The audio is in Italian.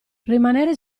rimanere